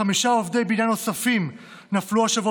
חמישה עובדי בניין נוספים נפלו השבוע